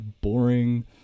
boring